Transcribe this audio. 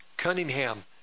Cunningham